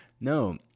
No